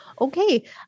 okay